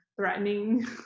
threatening